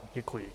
Děkuji.